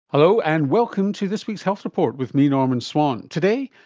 hello, and welcome to this week's health report with me, norman swan. today,